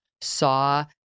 saw